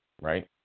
right